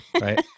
Right